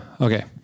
Okay